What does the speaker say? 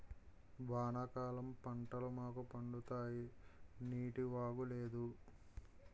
వానాకాలం పంటలు మాకు పండుతాయి నీటివాగు లేదు